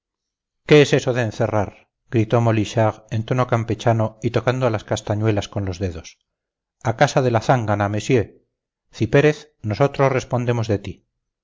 qué es eso de encerrar gritó molichard en tono campechano y tocando las castañuelas con los dedos a casa de la zángana messieurs cipérez nosotros respondemos de ti